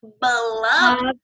beloved